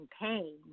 pain